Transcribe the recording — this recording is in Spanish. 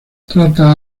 trata